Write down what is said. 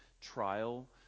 trial